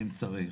אם צריך.